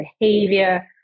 behavior